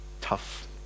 tough